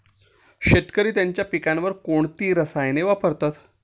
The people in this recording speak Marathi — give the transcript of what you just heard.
शेतकरी त्यांच्या पिकांवर कोणती रसायने वापरतात?